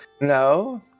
No